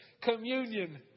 communion